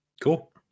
Cool